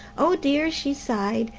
oh, dear! she sighed,